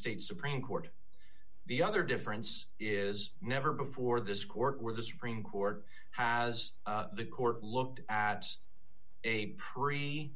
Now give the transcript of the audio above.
states supreme court the other difference is never before this court where the supreme court has the court looked at a pre